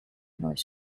noise